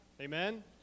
Amen